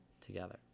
together